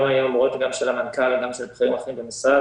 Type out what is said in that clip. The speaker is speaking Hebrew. גם בהוראות של המנכ"ל וגם של גורמים אחרים במשרד.